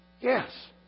yes